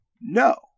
no